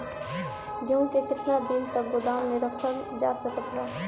गेहूँ के केतना दिन तक गोदाम मे रखल जा सकत बा?